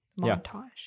montage